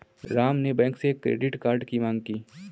राम ने बैंक से credit card की माँग की